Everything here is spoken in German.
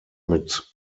mit